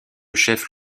chef